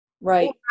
Right